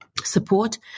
support